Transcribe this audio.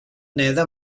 neda